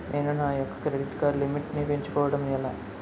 నేను నా యెక్క క్రెడిట్ కార్డ్ లిమిట్ నీ పెంచుకోవడం ఎలా?